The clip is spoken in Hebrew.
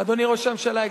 אדוני ראש הממשלה,